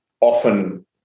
often